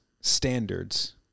standards